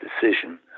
decision